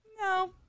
no